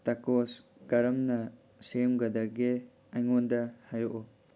ꯇꯀꯣꯁ ꯀꯔꯝꯅ ꯁꯦꯝꯒꯗꯒꯦ ꯑꯩꯉꯣꯟꯗ ꯍꯥꯏꯔꯛꯎ